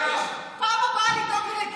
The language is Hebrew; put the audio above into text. בפעם הבאה לדאוג לי לקיזוז,